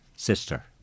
Sister